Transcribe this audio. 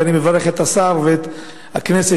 ואני מברך את השר ואת הכנסת.